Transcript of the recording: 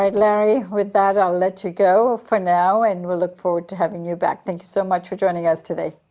right, larry. with that i'll let you go for now, and we'll look forward to having you back. thank you so much for joining us today.